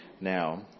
now